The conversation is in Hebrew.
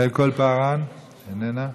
יעל כהן-פארן, איננה,